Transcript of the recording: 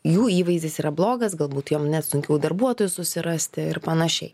jų įvaizdis yra blogas galbūt jom net sunkiau darbuotojų susirasti ir panašiai